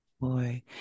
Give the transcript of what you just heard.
Boy